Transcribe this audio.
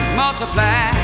multiply